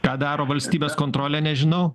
ką daro valstybės kontrolė nežinau